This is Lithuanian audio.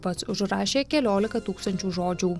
pats užrašė keliolika tūkstančių žodžių